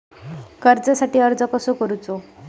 कर्जासाठी अर्ज कसो करायचो?